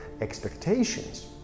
Expectations